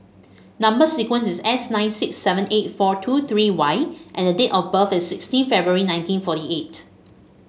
number sequence is S nine six seven eight four two three Y and date of birth is sixteen February nineteen forty eight